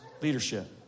leadership